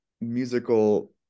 musical